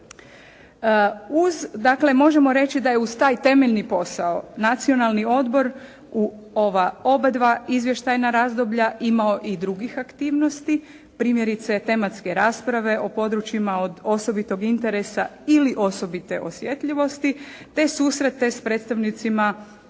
uz taj temeljni posao Nacionalni odbor u ova oba dva izvještajna razdoblja imao i drugih aktivnosti. Primjerice tematske rasprave o područjima od osobitog interesa ili osobite osjetljivosti te susrete s predstavnicima